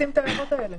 מכניסים את ההערות האלה?